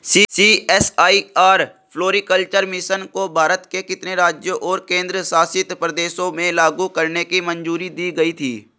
CSIR floriculture mission को भारत के कितने राज्यों और केंद्र शासित प्रदेशों में लागू करने की मंजूरी दी गई थी?